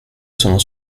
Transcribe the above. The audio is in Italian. sono